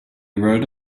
rode